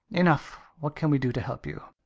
enough! what can we do to help you?